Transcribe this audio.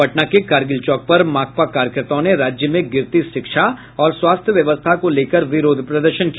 पटना के कारगिल चौक पर माकपा कार्यकर्ताओं ने राज्य में गिरती शिक्षा और स्वास्थ्य को लेकर विरोध प्रदर्शन किया